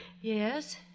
Yes